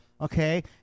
okay